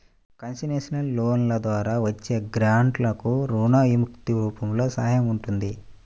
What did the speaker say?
concessional లోన్ల ద్వారా వచ్చే గ్రాంట్లకు రుణ విముక్తి రూపంలో సహాయం ఉంటుంది